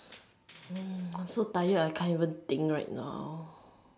hmm I'm so tired I can't even think right now